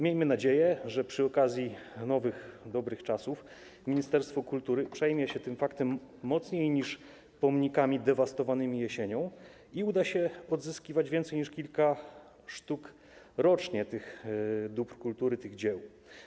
Miejmy nadzieję, że przy okazji nastania nowych, dobrych czasów ministerstwo kultury przejmie się tym faktem mocniej niż pomnikami dewastowanymi jesienią i uda się odzyskiwać więcej niż kilka sztuk rocznie tych dóbr kultury, tych dzieł.